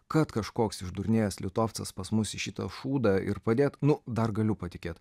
kad kažkoks išdurnėjęs litovcas pas mus į šitą šūdą ir padėt nu dar galiu patikėt